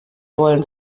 wollen